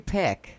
pick